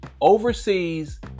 overseas